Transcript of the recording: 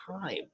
time